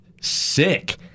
sick